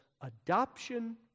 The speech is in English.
adoption